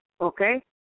Okay